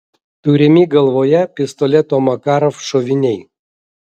turimi galvoje pistoleto makarov šoviniai